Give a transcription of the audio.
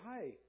hi